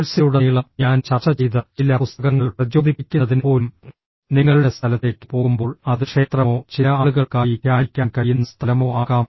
കോഴ്സിലുടനീളം ഞാൻ ചർച്ച ചെയ്ത ചില പുസ്തകങ്ങൾ പ്രചോദിപ്പിക്കുന്നതിന് പോലും നിങ്ങളുടെ സ്ഥലത്തേക്ക് പോകുമ്പോൾ അത് ക്ഷേത്രമോ ചില ആളുകൾക്കായി ധ്യാനിക്കാൻ കഴിയുന്ന സ്ഥലമോ ആകാം